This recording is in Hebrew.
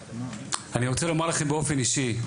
אני רוצה לומר לכם באופן אישי,